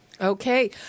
okay